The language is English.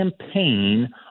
campaign